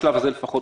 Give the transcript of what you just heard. בשלב הזה לפחות,